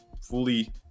fully